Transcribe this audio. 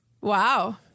Wow